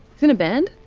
he's in a band.